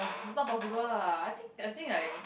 is not possible ah I think I think I